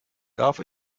darf